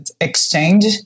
exchange